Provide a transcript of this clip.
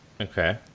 Okay